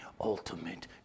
ultimate